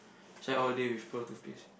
Shine all day with pearl toothpaste